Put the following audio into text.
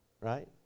right